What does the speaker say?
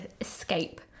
escape